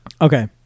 Okay